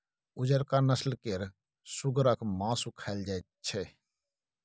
उजरका नस्ल केर सुगरक मासु खाएल जाइत छै